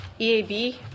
EAB